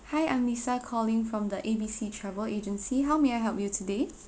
hi I'm lisa calling from the A B C travel agency how may I help you today